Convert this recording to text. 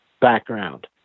background